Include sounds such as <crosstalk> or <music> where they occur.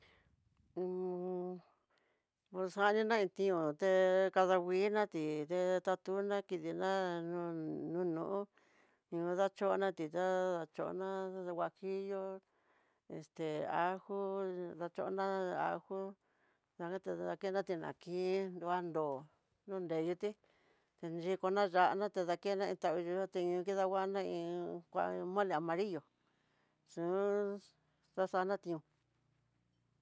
<hesitation> koxanina ni ti'ó, te kadanguina tí nde tatuna kidiná nuunó ihó dachona tidaa dachana huajillo este ajo ndachona ajo tanati dakena tinakii, luannro nruyoté naxhikona ya'ána tadakena tañoyoté kidangua iin kuan mole amarillo, xux xatana ti'ó.